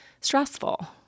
stressful